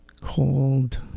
called